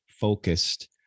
focused